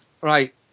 right